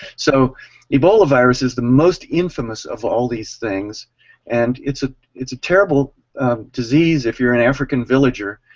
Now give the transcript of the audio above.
so ebola virus is the most infamous of all these things and its ah its a terrible disease if you are an african villager